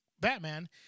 Batman